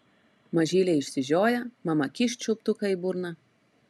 mažylė išsižioja mama kyšt čiulptuką į burną